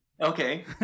Okay